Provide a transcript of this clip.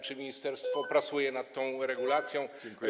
Czy ministerstwo pracuje nad tą regulacją?